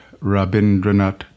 Rabindranath